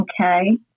Okay